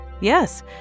Yes